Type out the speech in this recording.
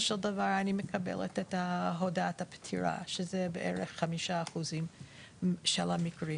של דבר אני מקבלת את הודעת הפטירה שאלו בערך כ-5% של המקרים.